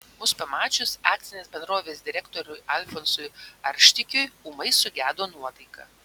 mus pamačius akcinės bendrovės direktoriui alfonsui arštikiui ūmai sugedo nuotaika